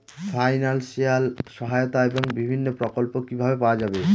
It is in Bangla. ফাইনান্সিয়াল সহায়তা এবং বিভিন্ন প্রকল্প কিভাবে পাওয়া যাবে?